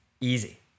easy